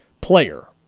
player